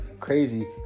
crazy